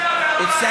כמו תפילה בהר-הבית.